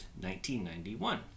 1991